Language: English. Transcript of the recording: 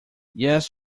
yes